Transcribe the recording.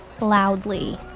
loudly